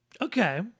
Okay